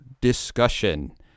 discussion